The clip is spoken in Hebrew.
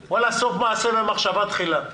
וואלה, סוף מעשה במחשבה תחילה.